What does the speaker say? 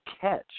catch